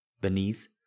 Beneath